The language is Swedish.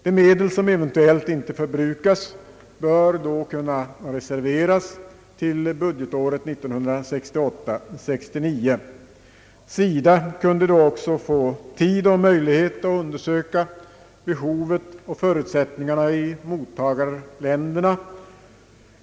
De medel som eventuellt inte förbrukas kan då reserveras till budgetåret 1968/69. SIDA kunde då också få tid och möjlighet att undersöka behovet och förutsättningarna i mottagarländerna.